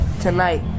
tonight